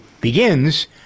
begins